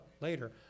later